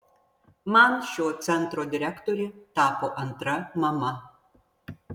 man šio centro direktorė tapo antra mama